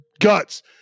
guts